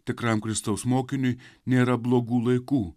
tikram kristaus mokiniui nėra blogų laikų